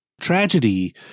tragedy